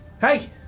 Hey